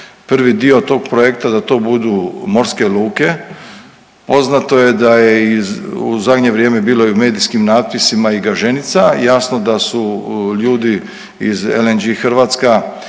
prvi dio tog projekta da to budu morske luke. Poznato je da je u zadnje vrijeme bilo i u medijskim natpisima i Gaženica. Jasno da su ljudi iz LNG Hrvatska